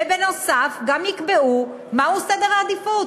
ונוסף על כך גם יקבעו מהו סדר העדיפויות.